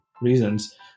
reasons